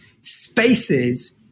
spaces